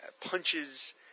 punches